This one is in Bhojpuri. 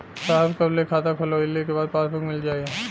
साहब कब ले खाता खोलवाइले के बाद पासबुक मिल जाई?